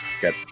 got